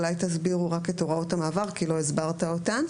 אולי תסבירו רק את הוראות המעבר כי לא הסברת אותן.